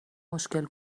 مشکل